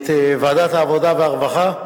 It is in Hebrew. את ועדת העבודה והרווחה,